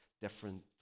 different